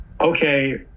okay